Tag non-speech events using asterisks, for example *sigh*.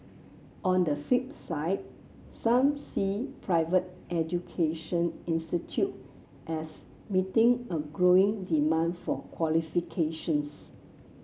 on the flip side some see private education *unintelligible* as meeting a growing demand for qualifications